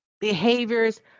behaviors